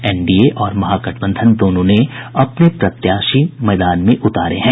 NDA और महागठबंधन दोनों ने अपने प्रत्याशी चुनावी मैदान में उतारे हैं